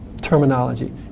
terminology